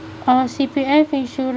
uh C_P_F insurance